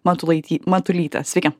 matulaity matulytė sveiki